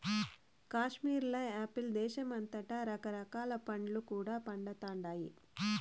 కాశ్మీర్ల యాపిల్ దేశమంతటా రకరకాల పండ్లు కూడా పండతండాయి